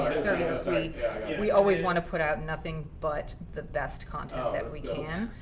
you know so yeah we always want to put out nothing but the best content that we can.